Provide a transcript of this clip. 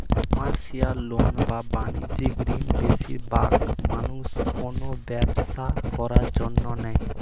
commercial loan বা বাণিজ্যিক ঋণ বেশিরবাগ মানুষ কোনো ব্যবসা করার জন্য নেয়